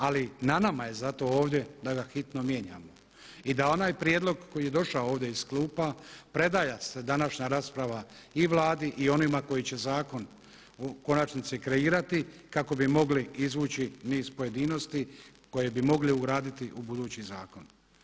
Ali na nama je zato ovdje da ga hitno mijenja i da onaj prijedlog koji je došao ovdje iz klupa … današnja rasprava i Vladi i onima koji će zakon u konačnici kreirati kako bi mogli izvući niz pojedinosti koje bi mogli ugraditi u budući zakon.